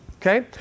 Okay